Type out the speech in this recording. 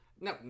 No